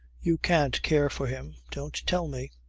you can't care for him. don't tell me.